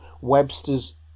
Webster's